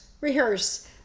rehearse